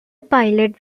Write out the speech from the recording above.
pilot